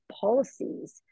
policies